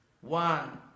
One